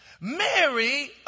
Mary